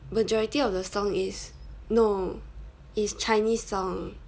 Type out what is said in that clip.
majority of the song is no is chinese song